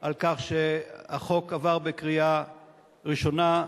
על כך שהחוק עבר בקריאה הראשונה.